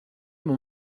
mon